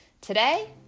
today